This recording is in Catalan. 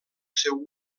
seu